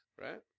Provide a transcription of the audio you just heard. Right